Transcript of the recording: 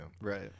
Right